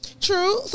True